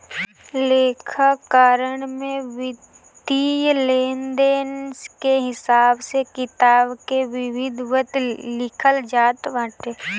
लेखाकरण में वित्तीय लेनदेन के हिसाब किताब के विधिवत लिखल जात बाटे